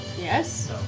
Yes